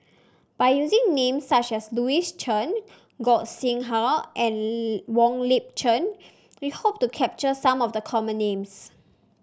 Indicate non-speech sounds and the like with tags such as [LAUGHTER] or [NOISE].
by using names such as Louis Chen Gog Sing Hooi and [UNINTELLIGIBLE] Wong Lip Chin we hope to capture some of the common names